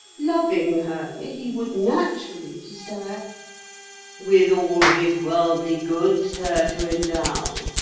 loving her, he would naturally desire with all his worldly goods her to endow,